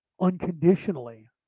unconditionally